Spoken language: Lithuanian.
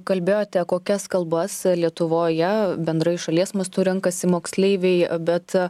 kalbėjote kokias kalbas lietuvoje bendrai šalies mastu renkasi moksleiviai bet